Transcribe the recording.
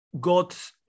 got